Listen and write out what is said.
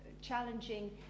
challenging